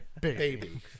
Baby